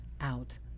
out